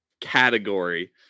category